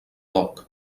locke